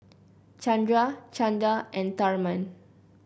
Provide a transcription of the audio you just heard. Chandra Chanda and Tharman